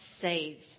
saves